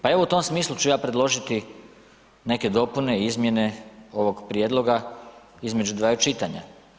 Pa evo u tom smislu ću ja predložiti neke dopune i izmjene ovog prijedloga između dvaju čitanja.